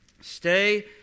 Stay